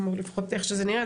לפחות איך שזה נראה,